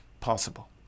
possible